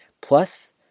plus